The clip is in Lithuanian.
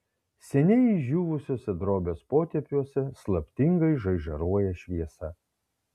seniai išdžiūvusiuose drobės potėpiuose slaptingai žaižaruoja šviesa